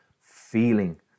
feeling